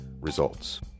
Results